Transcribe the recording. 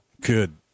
good